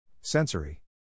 Sensory